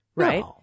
Right